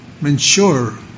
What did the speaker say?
ensure